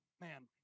man